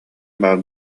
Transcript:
баар